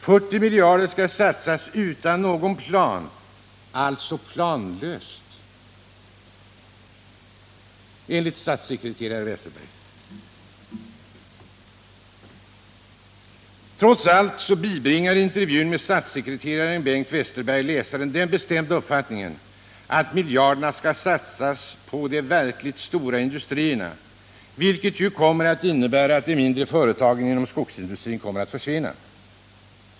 40 miljarder skall satsas utan någon plan — alltså planlöst — enligt statssekreterare Westerberg. Trots allt bibringar intervjun med statssekreterare Bengt Westerberg läsaren den bestämda uppfattningen att miljarderna skall satsas på de verkligt stora industrierna, vilket innebär att de mindre företagen inom skogsindustrin kommer att försvinna.